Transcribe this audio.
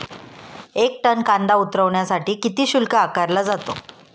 एक टन कांदा उतरवण्यासाठी किती शुल्क आकारला जातो?